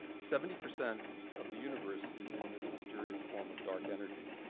seventy percent of the universe is in this mysterious form of dark energy.